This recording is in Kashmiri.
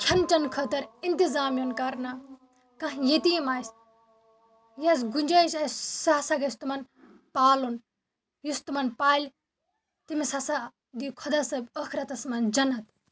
کھٮ۪ن چھٮ۪ن خٲطر اِنتِظام یُن کرنہٕ کانٛہہ یتیٖم آسہِ یَس گُنجٲیِش آسہِ سُہ ہسا گژھِ تِمَن پالُن یُس تِمَن پالہِ تٔمِس ہسا دی خۄدا صٲب ٲخرَتَس منٛز جنت